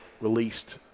released